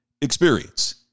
experience